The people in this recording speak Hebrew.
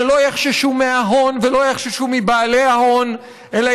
שלא יחששו מההון ולא יחששו מבעלי ההון אלא